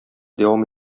дәвам